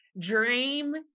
dream